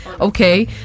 okay